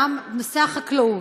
נושא החקלאות,